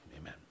amen